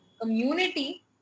community